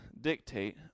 dictate